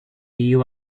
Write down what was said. you